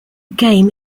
game